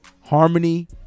harmony